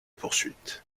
poursuite